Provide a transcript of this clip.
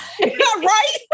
right